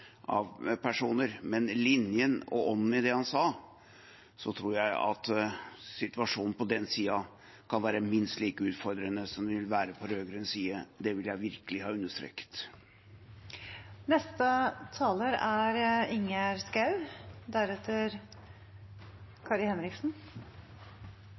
av personer, men linjen og ånden i det han sa – så tror jeg at situasjonen på den siden kan være minst like utfordrende som den vil være på rød-grønn side. Det vil jeg virkelig ha understreket. Jeg vil også takke utenriksministeren for en